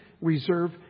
reserve